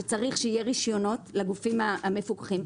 שצריך שיהיו רשיונות לגופים המפוקחים.